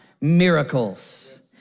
miracles